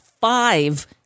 five